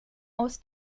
aus